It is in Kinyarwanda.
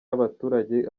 y’abaturage